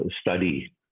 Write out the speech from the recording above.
study